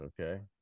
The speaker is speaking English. okay